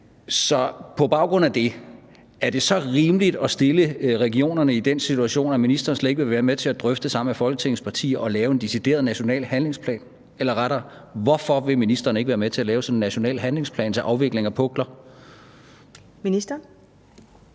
Så på baggrund af det er det så rimeligt at stille regionerne i den situation, at ministeren slet ikke vil være med til sammen med Folketingets partier at drøfte at lave en decideret national handlingsplan? Eller rettere: Hvorfor vil ministeren ikke være med til at lave sådan en national handlingsplan til afvikling af pukler? Kl.